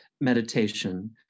meditation